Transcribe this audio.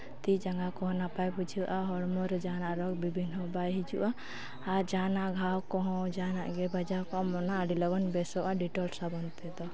ᱛᱤ ᱡᱟᱸᱜᱟ ᱠᱚᱦᱚᱸ ᱱᱟᱯᱟᱭ ᱵᱩᱡᱷᱟᱹᱜᱼᱟ ᱦᱚᱲᱢᱚ ᱨᱮ ᱡᱟᱦᱟᱱᱟᱜ ᱨᱳᱜᱽ ᱵᱤᱜᱷᱤᱱ ᱦᱚᱸ ᱵᱟᱭ ᱦᱤᱡᱩᱜᱼᱟ ᱟᱨ ᱡᱟᱦᱟᱱᱟᱜ ᱜᱷᱟᱣ ᱠᱚᱦᱚᱸ ᱡᱟᱦᱟᱱᱟᱜ ᱜᱮ ᱵᱟᱡᱟᱣ ᱠᱚᱜ ᱟᱢ ᱚᱱᱟ ᱟᱹᱰᱤ ᱞᱚᱜᱚᱱ ᱵᱮᱥᱚᱜᱼᱟ ᱰᱮᱴᱚᱞ ᱥᱟᱵᱚᱱ ᱛᱮᱫᱚ